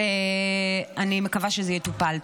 ואני מקווה שזה יטופל.